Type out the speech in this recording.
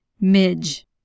midge